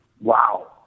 Wow